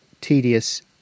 tedious